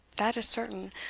that is certain,